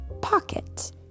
pocket